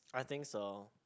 I think so